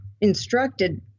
instructed